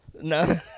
no